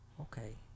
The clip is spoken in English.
Okay